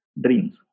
dreams